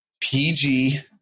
PG